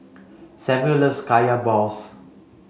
Samual loves Kaya balls